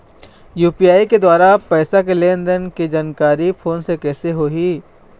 UPI के द्वारा पैसा के लेन देन के जानकारी फोन से कइसे होही?